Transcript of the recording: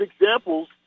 examples